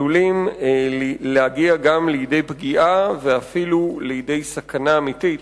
עלולים להגיע גם לידי פגיעה ואפילו לידי סכנה אמיתית